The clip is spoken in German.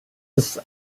ist